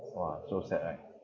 !wah! so sad right